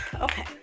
okay